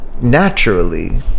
naturally